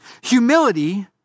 Humility